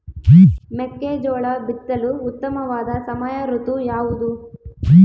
ಮೆಕ್ಕೆಜೋಳ ಬಿತ್ತಲು ಉತ್ತಮವಾದ ಸಮಯ ಋತು ಯಾವುದು?